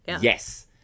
Yes